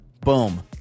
Boom